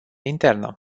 internă